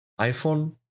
iPhone